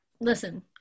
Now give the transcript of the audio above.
listen